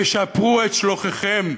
תשפרו את שלוחיכם,